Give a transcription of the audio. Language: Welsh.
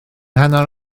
hanner